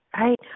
right